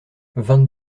vingt